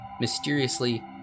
mysteriously